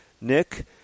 Nick